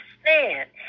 stand